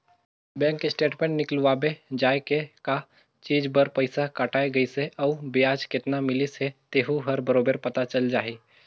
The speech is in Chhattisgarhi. बेंक स्टेटमेंट निकलवाबे जाये के का चीच बर पइसा कटाय गइसे अउ बियाज केतना मिलिस हे तेहू हर बरोबर पता चल जाही